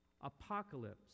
Apocalypse